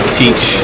teach